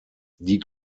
die